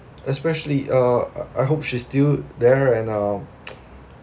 especially uh I I hope she's still there and um